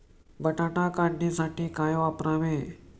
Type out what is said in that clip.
बटाटा काढणीसाठी काय वापरावे?